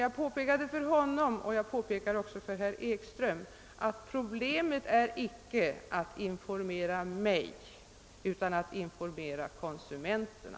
Jag påpekade emellertid för honom, och jag påpekar nu för herr Ekström, att problemet är inte att informera mig, utan att informera konsumenterna.